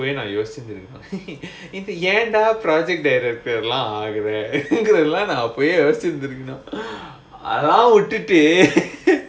அப்போவே யோசிச்சுருந்துருக்கணும்:appovae yosichitruntharukanum இப்போ ஏன்டா:ippo yaendaa project வரப்போலாம் ஆட்ர அப்போவே யோசிச்சிருந்துருக்கணும் அதெல்லாம் விட்டுட்டு:varapolaam aadra appovae yosichchirunthurukanum adhellaam vituttu